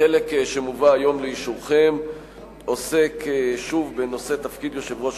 החלק שמובא היום לאישורכם עוסק בתפקיד יושב-ראש